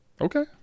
okay